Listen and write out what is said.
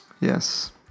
yes